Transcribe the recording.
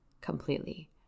Completely